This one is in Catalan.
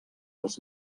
els